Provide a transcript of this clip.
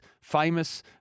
famous